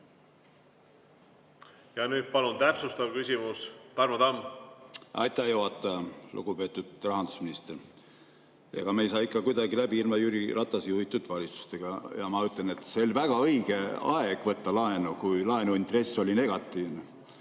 Ja nüüd palun täpsustav küsimus, Tarmo Tamm! Aitäh, juhataja! Lugupeetud rahandusminister! Ega me ei saa ikka kuidagi läbi ilma Jüri Ratase juhitud valitsuseta. Ja ma ütlen, et see oli väga õige aeg võtta laenu, kui laenuintress oli negatiivne.